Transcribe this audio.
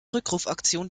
rückrufaktion